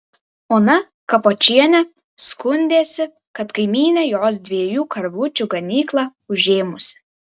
ona kapočienė skundėsi kad kaimynė jos dviejų karvučių ganyklą užėmusi